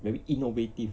very innovative